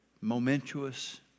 momentous